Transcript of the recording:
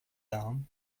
down